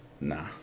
Nah